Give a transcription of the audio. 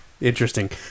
Interesting